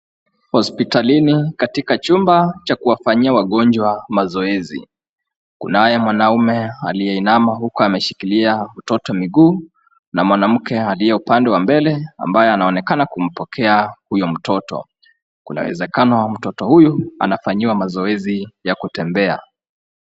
Hospitalini katika chumba cha kuwafanyia wagonjwa mazoezi. Kunaye mwanaume ambaye aliyeinama huku amesikiliza mtoto miguu na mwanamke aliye upande wa mbele ambaye anaonekana kumpokea huyo mtoto. Kuna uwezekana mtoto huyu anafanyiwa mazoezi ya kutembea.